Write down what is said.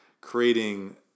creating